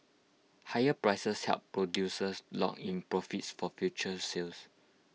higher prices help producers lock in profits for future sales